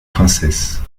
princesse